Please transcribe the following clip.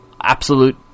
absolute